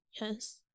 Yes